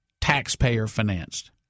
taxpayer-financed